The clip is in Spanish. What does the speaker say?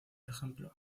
ejemplo